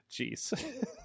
Jeez